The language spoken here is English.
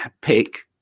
pick